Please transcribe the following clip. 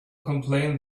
complain